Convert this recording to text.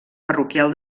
parroquial